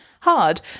hard